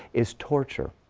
is torture.